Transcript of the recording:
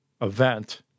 event